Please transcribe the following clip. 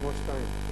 כמו שניים.